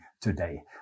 today